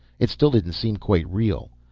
it still didn't seem quite real.